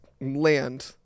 land